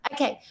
Okay